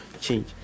change